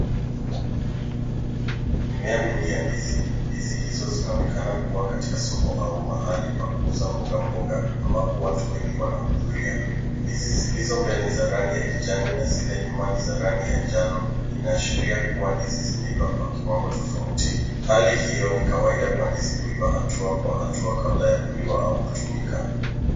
Mimea mingi ya ndizi. Ndizi hizo zinaonekana kuwa katika soko au mahali pa kuuza mboga mboga ambapo watu wengi wanahudhuria. Ndizi zilizo mbele ni za rangi ya kijani na zile nyuma ni za rangi ya njano. Inashiria kuwa ndizi zimeiva kwa kiwango tofauti. Hali hiyo ni kawaida kwa ndizi kuiva hatua kwa hatua kabla ya kuiva au kutumika.